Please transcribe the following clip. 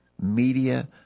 media